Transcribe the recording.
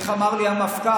איך אמר לי המפכ"ל?